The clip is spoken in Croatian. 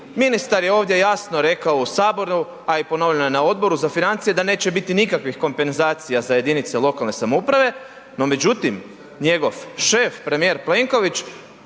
Ministar je ovdje jasno rekao u saboru, a i ponovio je na Odboru za financije da neće biti nikakvih kompenzacija za jedinice lokalne samouprave, no međutim njegov šef premijer Plenković